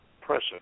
present